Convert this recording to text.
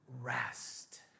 rest